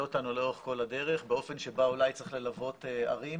אותנו לאורך כל הדרך באופן שבו אולי צריך ללוות ערים,